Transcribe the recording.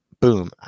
boom